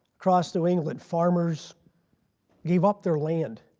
across new england farmers gave up their land.